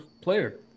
player